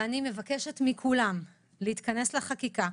אני מבקשת מכולם להתכנס לחקיקה,